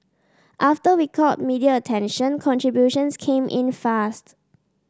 after we caught media attention contributions came in fast